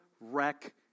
wreck